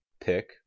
Pick